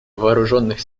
вооруженных